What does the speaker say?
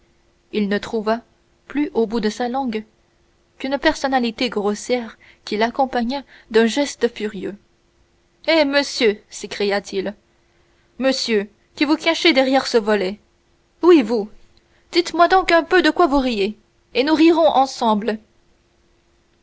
il ne trouva plus au bout de sa langue qu'une personnalité grossière qu'il accompagna d'un geste furieux eh monsieur s'écria-t-il monsieur qui vous cachez derrière ce volet oui vous dites-moi donc un peu de quoi vous riez et nous rirons ensemble